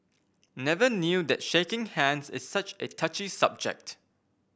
never knew that shaking hands is such a touchy subject